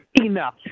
Enough